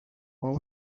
all